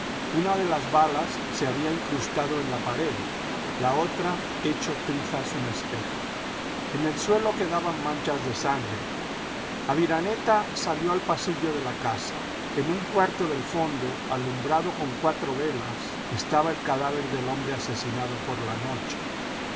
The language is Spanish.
una de las balas se había incrustado en la pared la otra hecho trizas un espejo en el suelo quedaban manchas de sangre aviraneta salió al pasillo de la casa en un cuarto del fondo alumbrado con cuatro velas estaba el cadáver del hombre asesinado por la noche